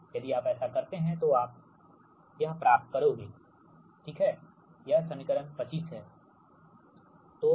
यदि आप ऐसा करते हैंतो आप प्राप्त करोगे d2Vdx2 2V 0 यह समीकरण 25 है ठीक है